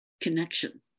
connection